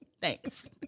Thanks